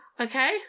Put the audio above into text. Okay